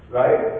right